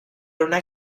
una